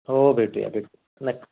हो भेटूया भेटूया नक्की